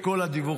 את כל הדיווחים,